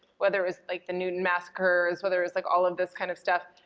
whether it was, like, the newton massacres, whether it was, like, all of this kind of stuff,